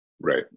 right